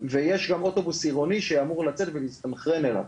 ויש גם אוטובוס עירוני שאמור לצאת ולהסתנכרן אליו.